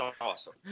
awesome